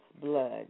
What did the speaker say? blood